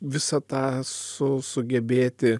visa tą su sugebėti